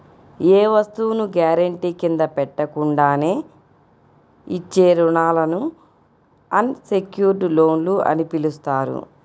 ఏ వస్తువును గ్యారెంటీ కింద పెట్టకుండానే ఇచ్చే రుణాలను అన్ సెక్యుర్డ్ లోన్లు అని పిలుస్తారు